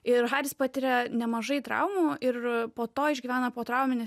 ir haris patiria nemažai traumų ir po to išgyvena potrauminį